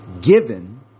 given